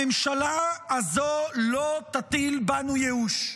הממשלה הזו לא תטיל בנו ייאוש,